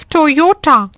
Toyota